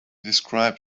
described